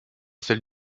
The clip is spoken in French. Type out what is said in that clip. celle